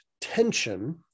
tension